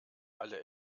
alle